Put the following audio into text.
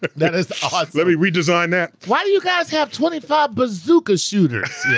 that is ah let me redesign that. why do you guys have twenty five bazooka shooters?